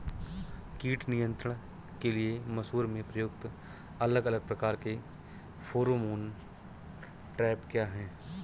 कीट नियंत्रण के लिए मसूर में प्रयुक्त अलग अलग प्रकार के फेरोमोन ट्रैप क्या है?